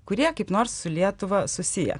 kurie kaip nors su lietuva susiję